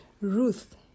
Ruth